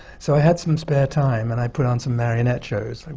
so, i had some spare time, and i put on some marionette shows